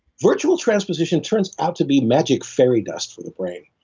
virtual transposition turns out to be magic fairy dust for the brain.